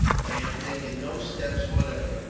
they have taken no steps whatever,